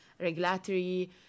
regulatory